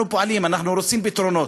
אנחנו פועלים, אנחנו רוצים פתרונות.